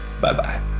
Bye-bye